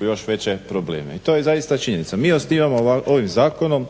još veće probleme i to je zaista činjenica. Mi osnivamo ovim zakonom